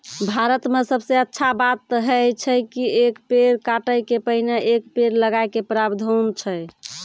भारत मॅ सबसॅ अच्छा बात है छै कि एक पेड़ काटै के पहिने एक पेड़ लगाय के प्रावधान छै